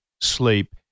sleep